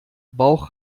bauch